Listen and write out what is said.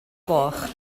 gloch